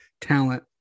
talent